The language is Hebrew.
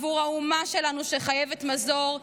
עבור האומה שלנו שחייבת מזור,